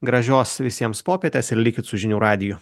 gražios visiems popietės ir likit su žinių radiju